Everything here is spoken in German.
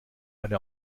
eine